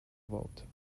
vote